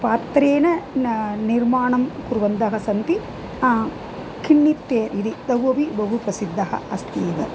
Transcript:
पात्रेण न निर्माणं कुर्वन्तः सन्ति खिन्नित्ते इति द्वौ अपि बहु प्रसिद्धः अस्ति एव